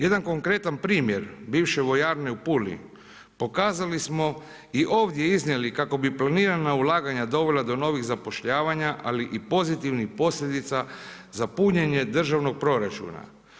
Jedan konkretan primjer bivše vojarne u Puli pokazali smo i ovdje iznijeli kako bi planirana ulaganja dovela do novih zapošljavanja, ali i pozitivnih posljedica za punjenje državnog proračuna.